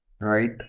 right